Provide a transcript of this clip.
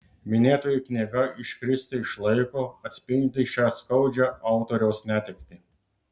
minėtoji knyga iškristi iš laiko atspindi šią skaudžią autoriaus netektį